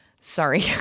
Sorry